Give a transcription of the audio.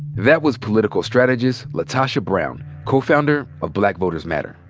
that was political strategist latosha brown, co-founder of black voters matter.